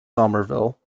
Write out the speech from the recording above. somerville